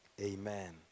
Amen